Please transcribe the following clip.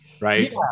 right